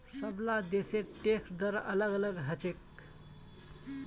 सबला देशेर टैक्स दर अलग अलग ह छेक